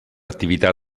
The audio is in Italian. attività